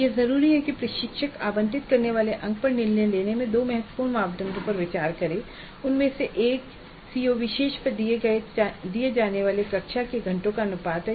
यह जरूरी है कि प्रशिक्षक आवंटित किए जाने वाले अंकों पर निर्णय लेने में दो महत्वपूर्ण मापदंडों पर विचार करे उनमें से एक सीओ विशेष पर दिए जाने वाले कक्षा के घंटों का अनुपात है